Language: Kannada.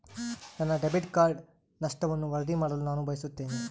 ನನ್ನ ಡೆಬಿಟ್ ಕಾರ್ಡ್ ನಷ್ಟವನ್ನು ವರದಿ ಮಾಡಲು ನಾನು ಬಯಸುತ್ತೇನೆ